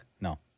No